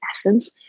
essence